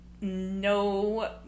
no